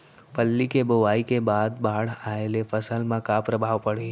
फल्ली के बोआई के बाद बाढ़ आये ले फसल मा का प्रभाव पड़ही?